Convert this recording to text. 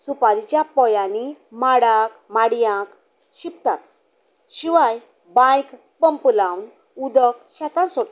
सुपारींच्या पोंयानीं माडाक माडयांक शिंपतात शिवाय बांयक पंप लावन उदक शेतांत सोडटात